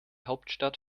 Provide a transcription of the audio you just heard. hauptstadt